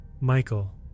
Michael